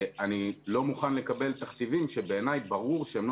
אני לא מוכן לקבל תכתיבים שבעיניי ברור שהם לא